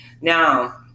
now